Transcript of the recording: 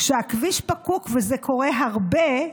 כשהכביש פקוק, וזה קורה הרבה,